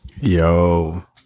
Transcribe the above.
Yo